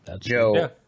Joe